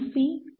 C D